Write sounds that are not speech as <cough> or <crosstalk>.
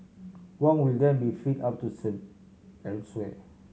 Wong will then be freed up to <unintelligible> elsewhere